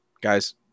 guys